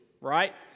right